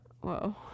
whoa